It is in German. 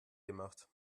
gemacht